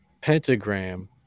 Pentagram